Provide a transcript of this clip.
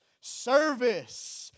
service